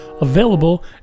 available